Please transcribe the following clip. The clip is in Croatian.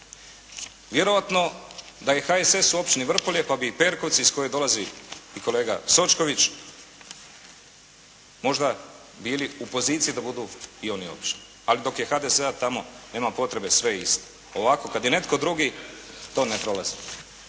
Vjerojatno da je HSS u općini Vrpolje, pa bi i Perkovci iz koje dolazi i kolega Sočković možda bili u poziciji da budu i oni općina. Ali dok je HDZ-a, tamo nema potrebe, sve je isto. Ovako kad je netko drugi, to ne prolazi.